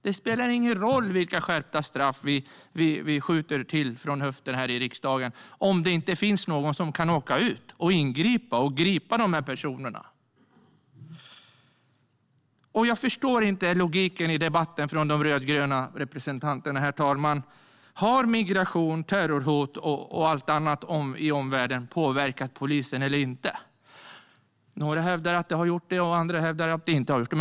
Det spelar ingen roll vilka skärpta straff vi skjuter till från höften här i riksdagen om det inte finns någon som kan åka ut och ingripa och gripa de här personerna. Jag förstår inte logiken i debatten hos de rödgröna representanterna, herr talman. Har migration, terrorhot och allt annat i omvärlden påverkat polisen eller inte? Några hävdar att det har gjort det. Andra hävdar att det inte har gjort det.